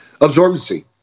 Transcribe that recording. absorbency